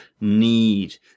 need